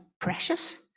precious